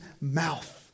mouth